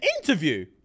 interview